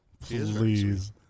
please